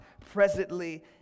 presently